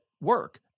work